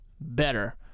better